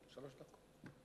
שלוש דקות.